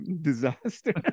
disaster